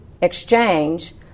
Exchange